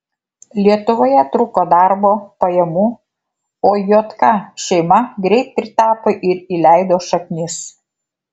lietuvoje trūko darbo pajamų o jk šeima greit pritapo ir įleido šaknis